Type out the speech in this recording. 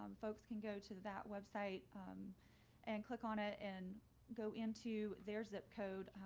um folks can go to that website and click on it and go into their zip code.